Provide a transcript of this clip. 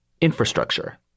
Infrastructure